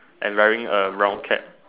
and wearing a round cap